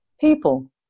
people